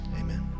Amen